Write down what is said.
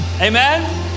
amen